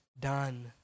done